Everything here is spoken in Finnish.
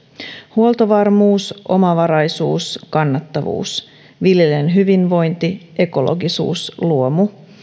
huoltovarmuus omavaraisuus kannattavuus viljelijän hyvinvointi ekologisuus luomu